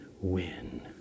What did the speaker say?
win